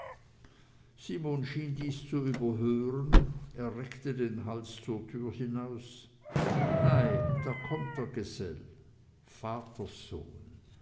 schien dies zu überhören er reckte den hals zur türe hinaus ei da kommt der gesell